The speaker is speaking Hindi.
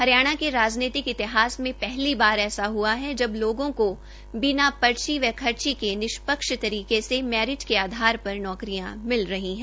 हरियाणा के राजनीतिक इतिहास में पहली बार ऐसा हुआ है जब लोगों को बिना पर्ची व खर्ची के निष्पक्ष तरीके से मैरिट के आधार पर नौकरियां मिल रही है